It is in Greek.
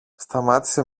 σταμάτησε